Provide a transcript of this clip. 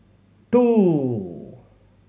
two